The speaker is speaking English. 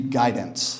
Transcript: guidance